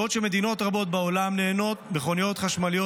בעוד שבמדינות רבות בעולם מכוניות חשמליות